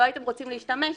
לא הייתם רוצים להשתמש בה.